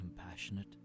compassionate